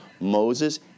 Moses